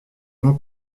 nom